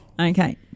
Okay